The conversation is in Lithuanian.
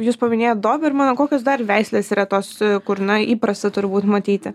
jūs paminėjot dobermaną kokios dar veislės yra tos kur na įprasta turbūt matyti